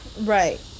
Right